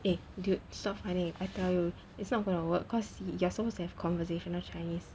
eh dude stop finding I tell you it's not gonna work cause you are supposed to have conversational chinese